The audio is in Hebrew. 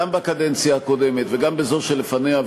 גם בקדנציה הקודמת וגם בזאת שלפניה,